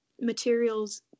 materials